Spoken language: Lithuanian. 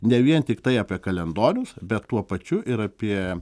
ne vien tiktai apie kalendorius bet tuo pačiu ir apie